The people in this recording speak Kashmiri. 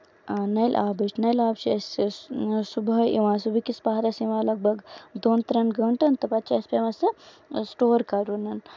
نلہِ آبٕچ نلہِ آب چھِ أسۍ صبُحٲے یِوان صبُححہٕ وٕکِس پَہرَس یِوان لگ بگ دۄن ترین گنٹن تہٕ پَتہٕ چھُ اَسہِ پیوان سُہ سُٹور کَرُن